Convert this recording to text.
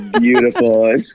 beautiful